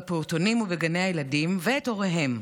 בפעוטונים ובגני הילדים, ואת הוריהם,